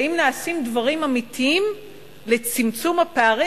ואם נעשים דברים אמיתיים לצמצום הפערים.